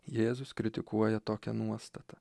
jėzus kritikuoja tokią nuostatą